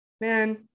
Man